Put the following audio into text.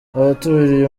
abaturiye